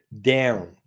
down